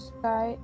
Sky